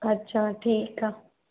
अच्छा ठीकु आहे